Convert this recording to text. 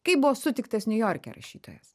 kaip buvo sutiktas niujorke rašytojas